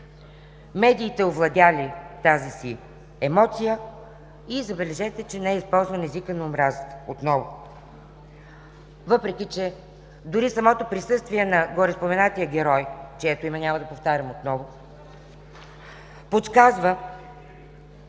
медиите овладели тази си емоция и, забележете, че не е използван езика на омразата, отново, въпреки че дори самото присъствие на гореспоменатия герой, чието име няма да повтарям отново, подсказва,